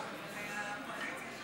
לא, אבל הקואליציה שלך רואה בזה בעיה.